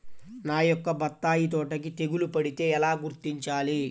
నా యొక్క బత్తాయి తోటకి తెగులు పడితే ఎలా గుర్తించాలి?